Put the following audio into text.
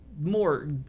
more